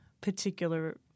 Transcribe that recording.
particular